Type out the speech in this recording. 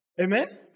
Amen